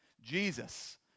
Jesus